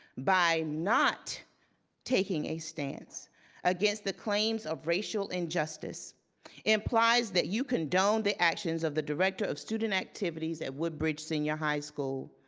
by not taking a stance against the claims of racial injustice implies that you condone the actions of the director of student activities at woodbridge senior high school.